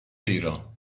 ایران